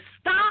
stop